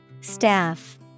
Staff